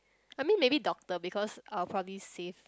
I mean maybe doctor because I will probably save